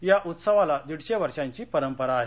या उत्सवाला दिडशे वर्षांची परंपरा आहे